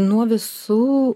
nuo visų